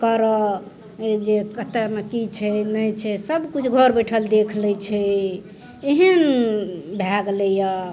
करऽ जे कतहुमे की छै नहि छै सब किछु घर बैठल देख लै छै एहन भए गेलैये